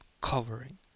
covering